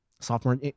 Sophomore